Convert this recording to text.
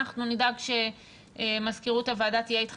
אנחנו נדאג שמזכירות הוועדה תהיה איתכם